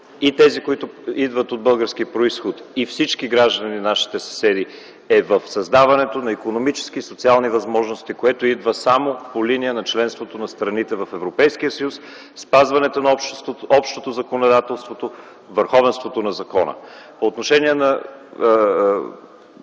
и тези, които идват – от български произход, и всички граждани на нашите съседи, е в създаването на икономически и социални възможности, което идва само по линия на членството на страните в Европейския съюз, спазването на общото законодателство, върховенството на закона. По отношенията